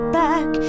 back